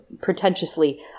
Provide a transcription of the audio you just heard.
pretentiously